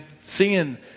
seeing